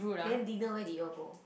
then dinner where did you all go